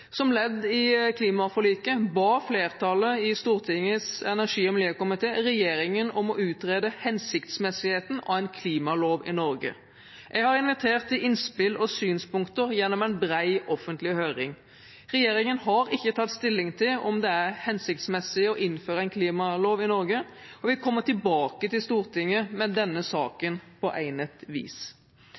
Som ledd i klimaforliket ba flertallet i Stortingets energi- og miljøkomité regjeringen om å utrede hensiktsmessigheten av en klimalov i Norge. Jeg har invitert til innspill og synspunkter gjennom en bred offentlig høring. Regjeringen har ikke tatt stilling til om det er hensiktsmessig å innføre en klimalov i Norge, og vi kommer tilbake til Stortinget med denne saken på egnet vis.